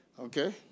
okay